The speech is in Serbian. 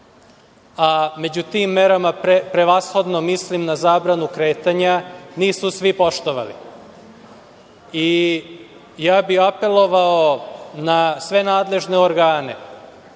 a među tim merama prevashodno mislim na zabranu kretanja, nisu svi poštovali. Apelovao bih na sve nadležne organe